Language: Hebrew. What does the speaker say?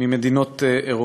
ממדינות אירופה.